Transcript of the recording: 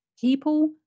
People